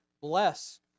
bless